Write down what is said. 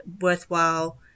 worthwhile